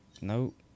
nope